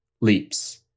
leaps